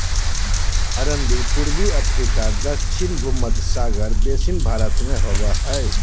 अरंडी पूर्वी अफ्रीका दक्षिण भुमध्य सागर बेसिन भारत में होबो हइ